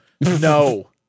no